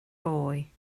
boy